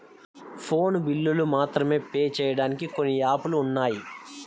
phone బిల్లులు మాత్రమే pay చెయ్యడానికి కొన్ని యాపులు ఉన్నాయి